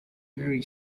very